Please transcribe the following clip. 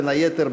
בין היתר,